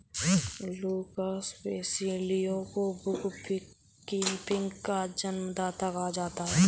Lucas Pacioli को bookkeeping का जन्मदाता कहा जाता है